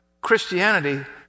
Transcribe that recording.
Christianity